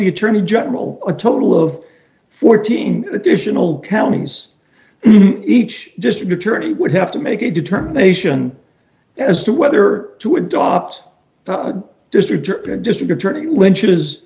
the attorney general a total of fourteen additional counties each district attorney would have to make a determination as to whether to adopt the district or district attorney lynch